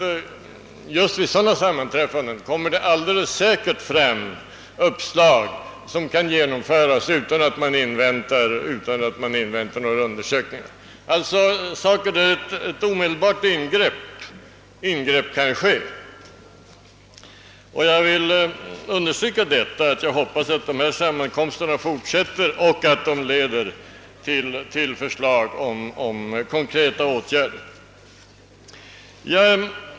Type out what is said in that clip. Vid sådana sammanträffanden kommer säkerligen uppslag som kan genomföras utan att man inväntar några undersökningar. Jag hoppas att dessa sammankomster fortsätter och att de ieder till förslag om konkreta åtgärder.